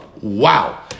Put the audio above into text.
Wow